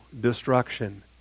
destruction